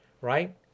right